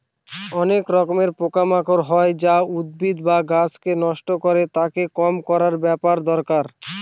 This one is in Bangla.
অনেক রকমের পোকা মাকড় হয় যা উদ্ভিদ বা গাছকে নষ্ট করে, তাকে কম করার ব্যাপার দরকার